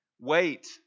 Wait